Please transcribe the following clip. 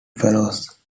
follows